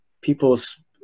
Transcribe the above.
people's